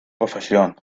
profesión